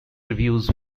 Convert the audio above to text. reviews